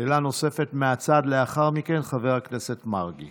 שאלה נוספת מהצד לאחר מכן, חבר הכנסת מרגי